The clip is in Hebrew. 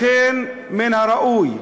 לכן מן הראוי,